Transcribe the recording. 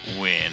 win